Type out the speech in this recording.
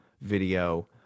video